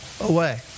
away